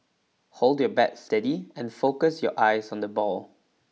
hold your bat steady and focus your eyes on the ball